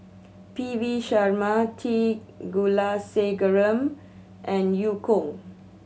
P V Sharma T Kulasekaram and Eu Kong